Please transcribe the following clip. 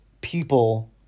people